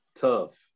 Tough